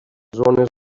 zones